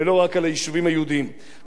כשמדובר על החוק הזה מדובר,